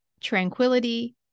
tranquility